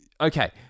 okay